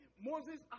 Moses